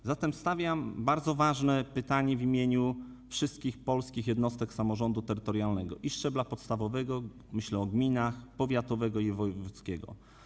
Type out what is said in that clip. A zatem stawiam bardzo ważne pytanie w imieniu wszystkich polskich jednostek samorządu terytorialnego i szczebla podstawowego - myślę o gminach - i szczebli powiatowego i wojewódzkiego.